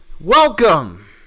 Welcome